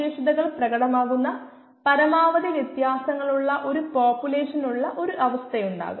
ഇത് കണ്ടുകഴിഞ്ഞാൽ പരിഹാരത്തെക്കുറിച്ച് നമുക്ക് പോകാം